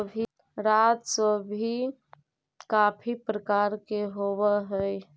राजस्व भी काफी प्रकार के होवअ हई